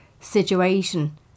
situation